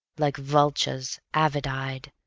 like vultures avid-eyed,